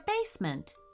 basement